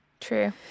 True